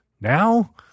now